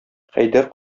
хәйдәр